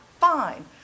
fine